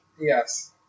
Yes